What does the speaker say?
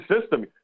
system